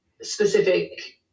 specific